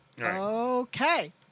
Okay